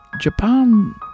Japan